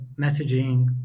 messaging